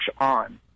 on